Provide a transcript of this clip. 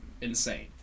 insane